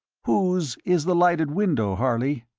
whose is the lighted window, harley?